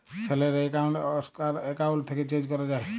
salary account আগ্কার account থ্যাকে change ক্যরা যায়